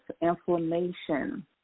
inflammation